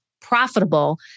profitable